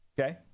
Okay